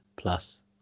plus